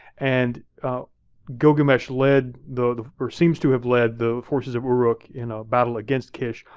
and gilgamesh led the, or seems to have led the forces of uruk in a battle against kish,